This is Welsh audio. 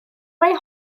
mai